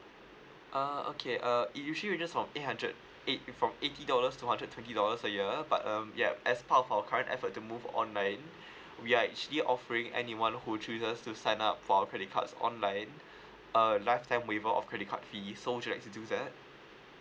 uh okay uh it usually ranges from eight hundred eight it from eighty dollars to hundred twenty dollars a year but um yup as part of our current effort to move online we are actually offering anyone who chooses to sign up for our credit cards online uh lifetime waiver of credit card fee so would you like to do that